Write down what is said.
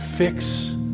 Fix